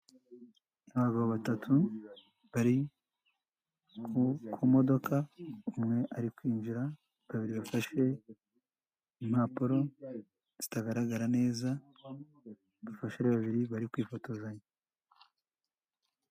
Abagabo batatu bari ku modoka, umwe ari kwinjira, babiri bafashe impapuro zitagaragara neza, bafashe babiri bari kwifotozanya.